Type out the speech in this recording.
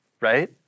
right